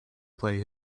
play